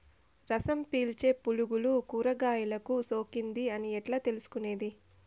రసం పీల్చే పులుగులు కూరగాయలు కు సోకింది అని ఎట్లా తెలుసుకునేది?